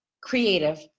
Creative